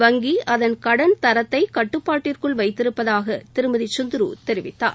வங்கி அதன் கடன் தரத்தை கட்டுப்பாட்டிற்குள் வைத்திருப்பதாக திருமதி ச்சுந்துரு தெரிவித்தார்